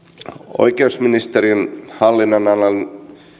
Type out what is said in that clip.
oikeusministeriön hallinnonalan